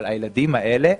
אבל הילדים האלה,